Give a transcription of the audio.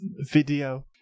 video